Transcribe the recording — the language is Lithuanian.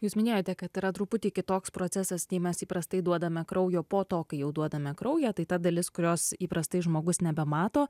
jūs minėjote kad yra truputį kitoks procesas nei mes įprastai duodame kraujo po to kai jau duodame kraują tai ta dalis kurios įprastai žmogus nebemato